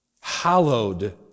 Hallowed